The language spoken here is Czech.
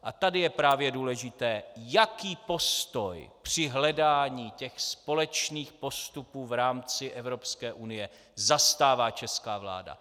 A tady je právě důležité, jaký postoj při hledání těch společných postupů v rámci Evropské unie zastává česká vláda.